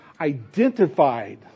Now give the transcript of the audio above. identified